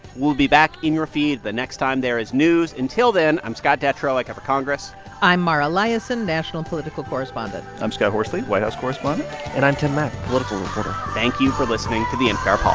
we'll be back in your feed the next time there is news. until then, i'm scott detrow. i cover congress i'm mara liasson, national political correspondent i'm scott horsley, white house correspondent and i'm tim mak, political reporter thank you for listening to the npr ah